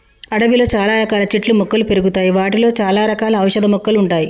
అడవిలో చాల రకాల చెట్లు మొక్కలు పెరుగుతాయి వాటిలో చాల రకాల ఔషధ మొక్కలు ఉంటాయి